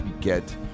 get